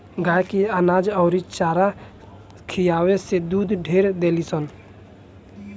गाय के अनाज अउरी चारा खियावे से दूध ढेर देलीसन